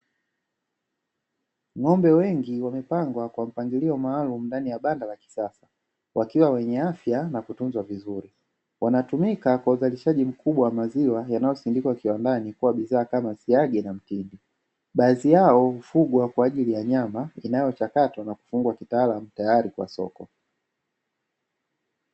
Ng'ombe wengi wamepangwa kwa mpangilio maalumu ndani ya banda la kisasa wakiwa wenye afya na kutunzwa vizuri, wanatumika kwa uzalishaji mkubwa wa maziwa yanayosindikwa kiwandani kuwa bidhaa kama siagi na mtindi. Baadhi yao hufugwa kwa ajili ya nyama inayochakatwa na kufungwa kitaalamu tayari kwa soko.